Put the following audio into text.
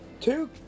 two